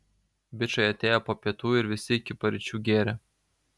bičai atėjo po pietų ir visi iki paryčių gėrė